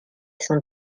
cent